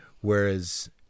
Whereas